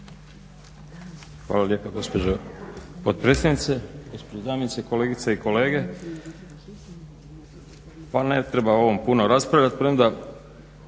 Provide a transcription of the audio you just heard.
Hvala lijepa gospođo potpredsjednice, gospođo zamjenice, kolegice i kolege. Pa ne treba o ovom puno raspravljat premda